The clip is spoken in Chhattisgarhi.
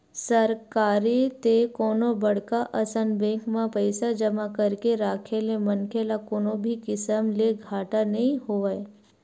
सरकारी ते कोनो बड़का असन बेंक म पइसा जमा करके राखे ले मनखे ल कोनो भी किसम ले घाटा नइ होवय